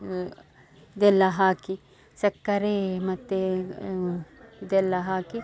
ಇದೆಲ್ಲ ಹಾಕಿ ಸಕ್ಕರೆ ಮತ್ತು ಇದೆಲ್ಲಾ ಹಾಕಿ